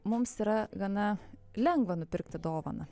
mums yra gana lengva nupirkti dovaną